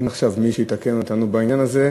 אין עכשיו מי שיתקן אותנו בעניין הזה.